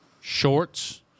Shorts